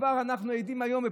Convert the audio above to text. כבר אנחנו עדים היום,